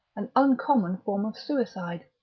an uncommon form of suicide.